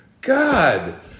God